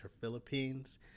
Philippines